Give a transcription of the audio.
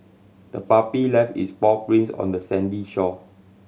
the puppy left its paw prints on the sandy shore